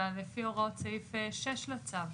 אלא לפי הוראות סעיף 6 לצו.